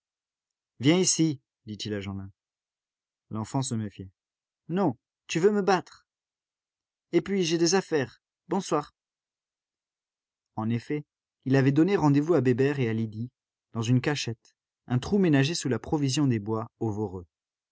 viens ici dit-il à jeanlin l'enfant se méfiait non tu veux me battre et puis j'ai des affaires bonsoir en effet il avait donné rendez-vous à bébert et à lydie dans une cachette un trou ménagé sous la provision des bois